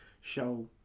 show